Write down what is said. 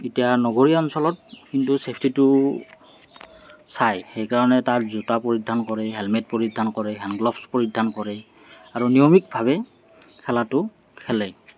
এতিয়া নগৰীয়া অঞ্চলত কিন্তু চেফটিটো চাই সেইকাৰণে তাত জোতা পৰিধান কৰে হেলমেট পৰিধান কৰে হেণ্ডগ্ল'ভচ পৰিধান কৰে আৰু নিয়মিতভাৱে খেলাটো খেলে